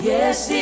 Yes